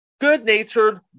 Good-natured